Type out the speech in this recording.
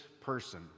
person